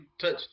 touch